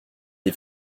les